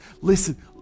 Listen